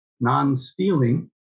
non-stealing